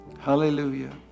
Hallelujah